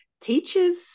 Teachers